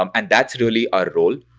um and that's really our role,